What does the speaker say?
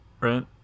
right